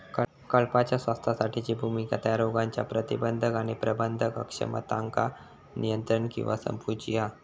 कळपाच्या स्वास्थ्यासाठीची भुमिका त्या रोगांच्या प्रतिबंध आणि प्रबंधन अक्षमतांका नियंत्रित किंवा संपवूची हा